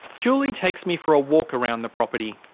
julie takes me for a walk around the property.